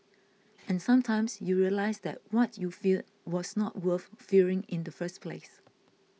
and sometimes you realise that what you feared was not worth fearing in the first place